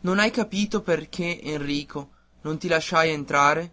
non hai capito perché enrico non ti lasciai entrare